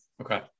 Okay